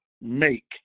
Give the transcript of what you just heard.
make